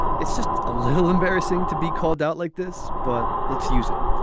it's just a little embarrassing to be called out like this. but let's use it.